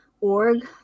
org